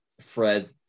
Fred